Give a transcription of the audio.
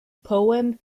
poem